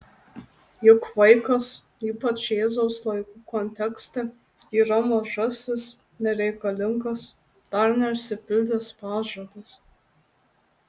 juk vaikas ypač jėzaus laikų kontekste yra mažasis nereikalingas dar neišsipildęs pažadas